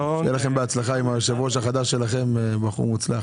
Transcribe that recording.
רמי עזריה, מנהל מחלקת קופות גמל.